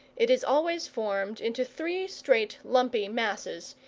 it is always formed into three straight lumpy masses,